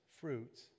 fruits